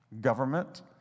government